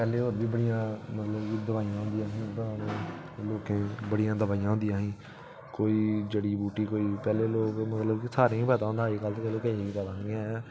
पैह्लें होर बी बड़ियां मतलब कि दवाइयां होंदियां हियां लोकें बड़ियां दवाइयां होंदियां हियां कोई जड़ी बुटी कोई पैह्लें लोक मतलब की सारें ई पता होंदा हा अज्जकल ते कुसै ई बी पता निं ऐ